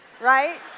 right